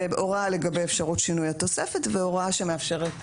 הוראה לגבי אפשרות שינוי התוספת והוראה שמאפשרת,